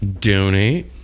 donate